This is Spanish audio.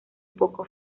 poco